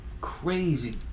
Crazy